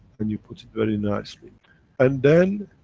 and you put it very nicely and then,